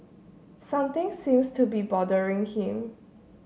something seems to be bothering him